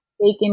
Bacon